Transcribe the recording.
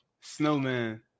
Snowman